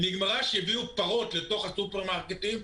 היא נגמרה כשהביאו פרות לתוך הסופרמרקטים,